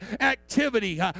activity